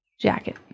jacket